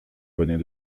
bonnets